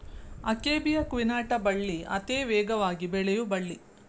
akebia quinata ಬಳ್ಳಿ ಅತೇ ವೇಗವಾಗಿ ಬೆಳಿಯು ಬಳ್ಳಿ